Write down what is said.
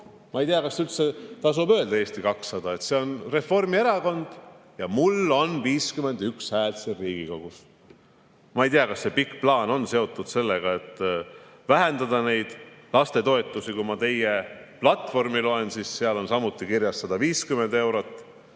Ma ei tea, kas üldse tasub öelda Eesti 200, see on Reformierakond ja "Mul on 51 häält Riigikogus". Ma ei tea, kas see pikk plaan on seotud sellega, et vähendada neid lastetoetusi. Kui ma teie [programmi] loen, siis seal on [lastetoetuste